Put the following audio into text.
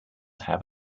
have